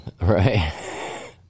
Right